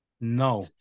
No